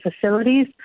facilities